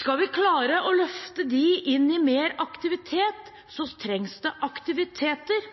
Skal vi klare å løfte dem inn i mer aktivitet, trengs det aktiviteter.